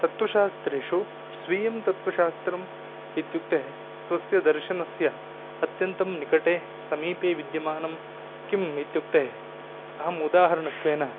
तत्वशास्त्रेषु स्वीयं तत्वशास्त्रम् इत्युक्ते स्वस्य दर्शनस्य अत्यन्तं निकटे समीपे विद्यमानं किम् इत्युक्ते अहम् उदाहरणत्वेन